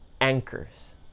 anchors